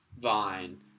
Vine